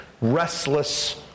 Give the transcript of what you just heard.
Restless